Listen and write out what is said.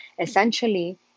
essentially